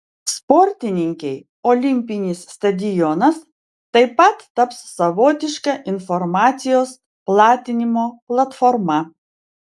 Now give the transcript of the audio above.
sportininkei olimpinis stadionas taip pat taps savotiška informacijos platinimo platforma